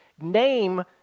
name